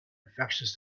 infectious